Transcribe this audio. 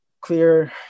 clear